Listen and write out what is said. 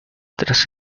tras